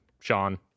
Sean